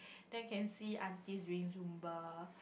then can see aunties doing Zumba